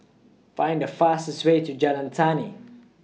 Find The fastest Way to Jalan Tani